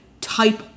type